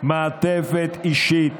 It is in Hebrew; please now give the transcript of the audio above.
מעטפת אישית.